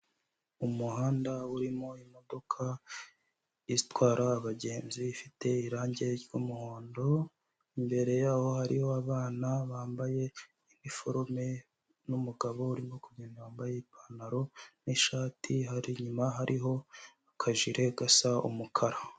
Umuhanda urimo imodoka itwara abagenzi ifite irangi ry'umuhondo, imbere yaho hariho abana bambaye iniforume, n'umugabo urimo kugenda wambaye ipantaro n'ishati inyuma hariho akajire gasa umukara.